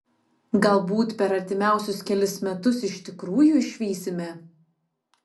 galbūt per artimiausius kelis metus iš tikrųjų išvysime